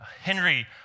Henry